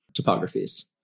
topographies